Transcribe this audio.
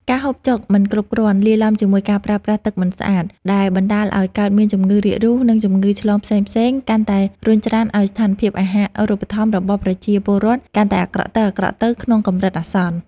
ការហូបចុកមិនគ្រប់គ្រាន់ លាយឡំជាមួយការប្រើប្រាស់ទឹកមិនស្អាតដែលបណ្តាលឱ្យកើតមានជំងឺរាគរូស និងជំងឺឆ្លងផ្សេងៗ កាន់តែរុញច្រានឱ្យស្ថានភាពអាហារូបត្ថម្ភរបស់ប្រជាពលរដ្ឋកាន់តែអាក្រក់ទៅៗក្នុងកម្រិតអាសន្ន។